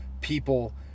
People